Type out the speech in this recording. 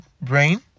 brain